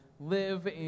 live